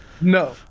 No